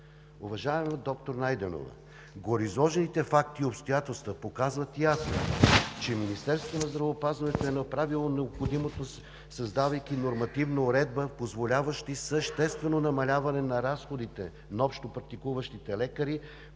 Уважаема доктор Найденова, гореизложените факти и обстоятелства показват ясно, че Министерството на здравеопазването е направило необходимото, създавайки нормативна уредба, позволяваща съществено намаляване на разходите на общопрактикуващите лекари